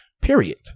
Period